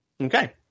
Okay